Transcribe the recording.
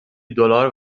دلار